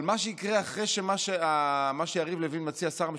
מה שיקרה אחרי מה שמציע יריב לוין, שר המשפטים,